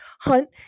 Hunt